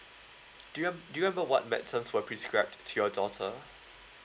do you do you remember what medicines for prescribe to your daughter